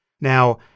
Now